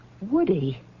Woody